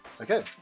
Okay